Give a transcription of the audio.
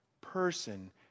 person